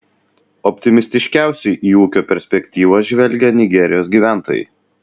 optimistiškiausiai į ūkio perspektyvas žvelgia nigerijos gyventojai